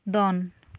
ᱫᱚᱱ